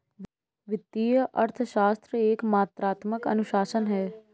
वित्तीय अर्थशास्त्र एक मात्रात्मक अनुशासन है